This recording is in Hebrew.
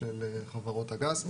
של חברות הגז,